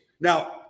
Now –